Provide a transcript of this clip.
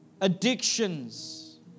Addictions